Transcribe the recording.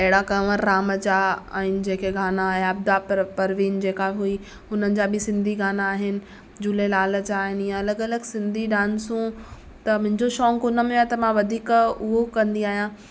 आहिड़ा कवंर राम जा अएं जेके गाना आया दा परवीन जेका हुई हुननि जा बि सिंधी गाना आहिनि झूलेलाल जा आहिनि ईंअ अलॻि अलॻि सिंधी डांसूं त मुहिंजो शौंक़ु हुनमें आहे त मां वधीक उहो कंदी आहियां